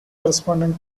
corresponding